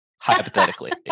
hypothetically